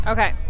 Okay